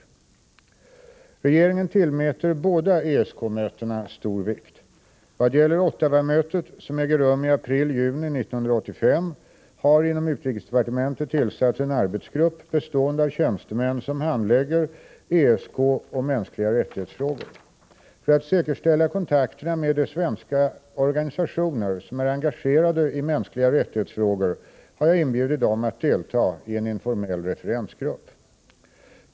Regeringen tillmäter båda ESK-mötena stor vikt. Vad gäller Ottawamötet, som äger rum i april-juni 1985, har inom utrikesdepartementet tillsatts en arbetsgrupp bestående av tjänstemän som handlägger ESK-frågor och frågor som rör mänskliga rättigheter. För att säkerställa kontakterna med de svenska organisationer som är engagerade i frågor beträffande mänskliga rättigheter har jag inbjudit dem att delta i en informell referensgrupp.